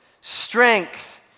strength